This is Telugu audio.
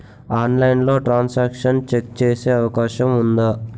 ఆన్లైన్లో ట్రాన్ సాంక్షన్ చెక్ చేసే అవకాశం ఉందా?